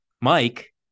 Mike